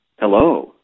Hello